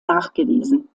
nachgewiesen